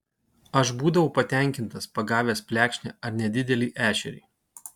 aš būdavau patenkintas pagavęs plekšnę ar nedidelį ešerį